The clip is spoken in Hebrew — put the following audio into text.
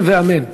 אמן ואמן.